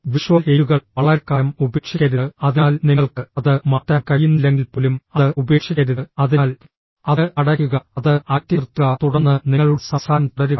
visual എയ്ഡുകൾ വളരെക്കാലം ഉപേക്ഷിക്കരുത് അതിനാൽ നിങ്ങൾക്ക് അത് മാറ്റാൻ കഴിയുന്നില്ലെങ്കിൽ പോലും അത് ഉപേക്ഷിക്കരുത് അതിനാൽ അത് അടയ്ക്കുക അത് അകറ്റി നിർത്തുക തുടർന്ന് നിങ്ങളുടെ സംസാരം തുടരുക